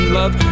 love